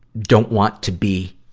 don't want to be,